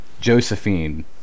Josephine